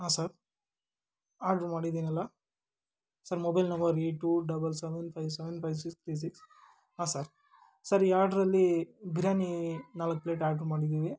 ಹಾಂ sir order ಮಾಡಿದ್ದೀನಲ್ಲ sir mobile number eight two double seven five seven five six three six ಹಾಂ sir sir ಈ ಆರ್ಡ್ರಲ್ಲಿ ಬಿರ್ಯಾನಿ ನಾಲ್ಕು ಪ್ಲೇಟ್ ಆರ್ಡ್ರ್ ಮಾಡಿದ್ದೀವಿ